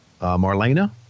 Marlena